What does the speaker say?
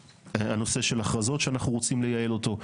הנושא של הכרזות שאנחנו רוצים לייעל אותו.